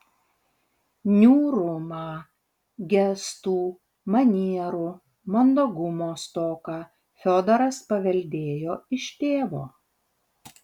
niūrumą gestų manierų mandagumo stoką fiodoras paveldėjo iš tėvo